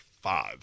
five